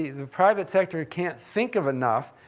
the the private sector can't think of enough,